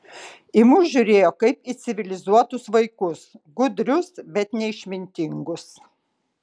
į mus žiūrėjo kaip į civilizuotus vaikus gudrius bet neišmintingus